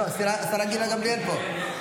לא, השרה גילה גמליאל פה.